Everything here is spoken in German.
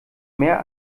mehr